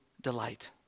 delight